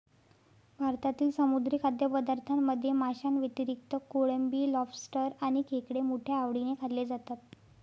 भारतातील समुद्री खाद्यपदार्थांमध्ये माशांव्यतिरिक्त कोळंबी, लॉबस्टर आणि खेकडे मोठ्या आवडीने खाल्ले जातात